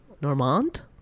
Normand